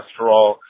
cholesterol